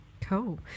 Cool